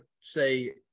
say